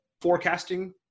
forecasting